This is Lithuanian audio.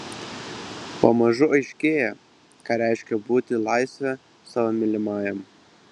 pamažu aiškėja ką reiškia būti laisve savo mylimajam